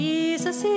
Jesus